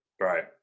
Right